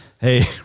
hey